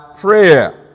prayer